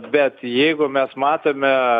bet jeigu mes matome